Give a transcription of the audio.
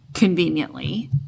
conveniently